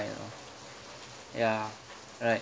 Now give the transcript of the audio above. you know ya right